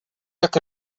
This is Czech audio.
jak